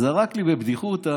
זרק לי בבדיחותא: